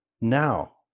now